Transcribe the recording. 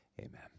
Amen